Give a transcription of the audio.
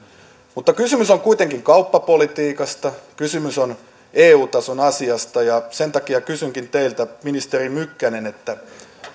mutta kysymys on kuitenkin kauppapolitiikasta kysymys on eu tason asiasta ja sen takia kysynkin teiltä ministeri mykkänen